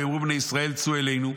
ויאמרו לבני ישראל: צאו אלינו,